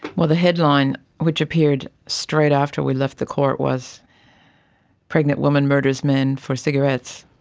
well, the headline which appeared straight after we left the court was pregnant woman murders man for cigarettes,